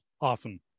Awesome